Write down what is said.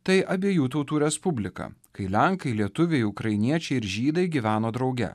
tai abiejų tautų respublika kai lenkai lietuviai ukrainiečiai ir žydai gyveno drauge